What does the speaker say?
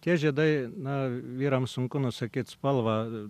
tie žiedai na vyrams sunku nusakyti spalvą